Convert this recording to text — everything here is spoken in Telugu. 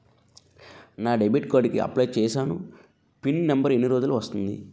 నా డెబిట్ కార్డ్ కి అప్లయ్ చూసాను పిన్ నంబర్ ఎన్ని రోజుల్లో వస్తుంది?